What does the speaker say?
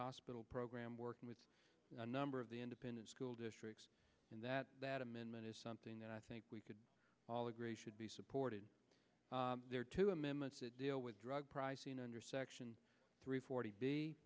hospital program working with a number of the independent school districts and that that amendment is something that i think we could all agree should be supported there are two amendments to deal with drug pricing under section three forty